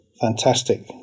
fantastic